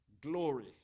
Glory